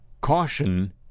caution